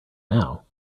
now